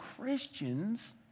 Christians